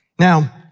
Now